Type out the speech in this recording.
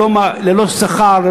ללא שכר,